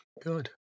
Good